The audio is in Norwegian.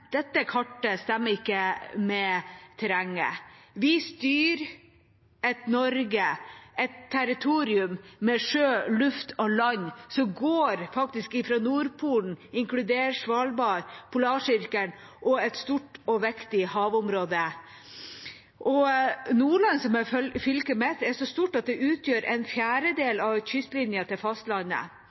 dette kartet stemmer ikke med terrenget. Vi styrer et Norge, et territorium, med sjø, luft og land som faktisk går fra Nordpolen inkludert Svalbard til Polarsirkelen og et stort og viktig havområde. Nordland, som er fylket mitt, er så stort at det utgjør en fjerdedel av kystlinja til fastlandet.